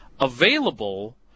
Available